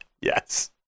Yes